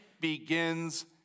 Begins